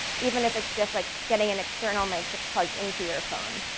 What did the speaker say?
even if it's just like getting an external mic that plugs into your phone.